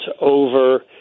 over